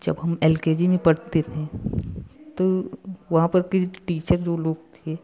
जब हम L K G में पढ़ते थे तो वहाँ पर की टीचर जो लोग थे